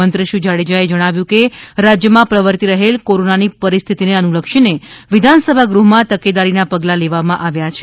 મંત્રી શ્રી જાડેજાએ જણાવ્યુ હતું કે રાજયમાં પ્રવર્તી રહેલ કોરોનાની પરિસ્થિતિને અનુલક્ષીને વિધાનસભા ગૃહ માં તકેદારીના પગલા લેવામાં આવ્યા છે